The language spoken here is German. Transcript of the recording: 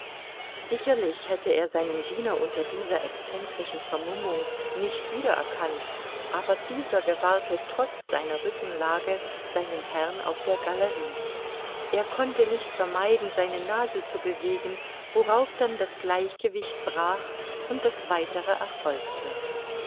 sicherlich hätte er seinen diener unter dieser excentrischen vermummung nicht wieder erkannt aber dieser gewahrte trotz seiner rückenlage seinen herrn auf der galerie er konnte nicht vermeiden seine nase zu bewegen worauf dann das gleichgewicht brach und das weitere erfolgte